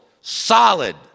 solid